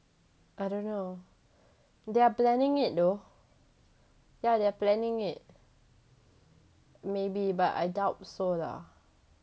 I don't know they are planning it though yeah they're planning it maybe but I doubt so lah